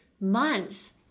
months